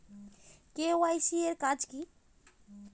KYC এর কাজ কি?